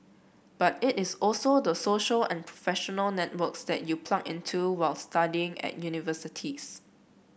but it is also the social and professional networks that you plug into while studying at universities